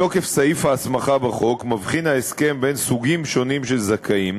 מתוקף סעיף ההסמכה בחוק מבחין ההסכם בין "סוגים" שונים של זכאים,